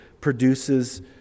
produces